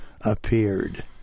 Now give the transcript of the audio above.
appeared